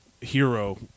hero